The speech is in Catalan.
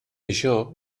això